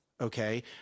okay